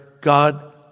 God